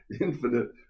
infinite